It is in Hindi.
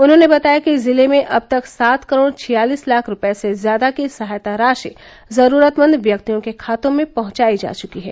उन्होंने बताया कि जिले में अब तक सात करोड़ छियालीस लाख रूपए से ज्यादा की सहायता राशि जरूरतमंद व्यक्तियों के खातों में पहुंचायी जा चुकी है